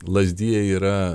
lazdijai yra